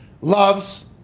loves